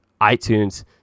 iTunes